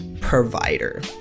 provider